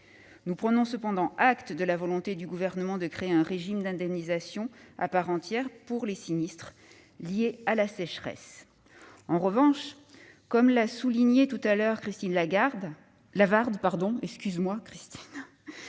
Nous prenons cependant acte de la volonté du Gouvernement de créer un régime d'indemnisation à part entière pour les sinistres liés à la sécheresse. En revanche, comme l'a souligné tout à l'heure notre rapporteure Christine